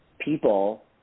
people